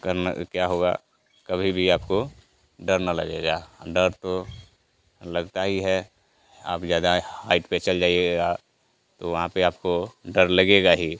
करना क्या होगा कभी भी आपको डर न लगेगा हं डर तो लगता ही है आप ज्यादा हाइट पर चल जाइएगा तो वहाँ पर आपको डर लगेगा ही